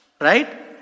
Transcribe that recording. right